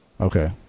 Okay